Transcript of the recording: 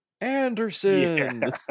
Anderson